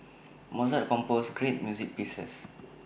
Mozart composed great music pieces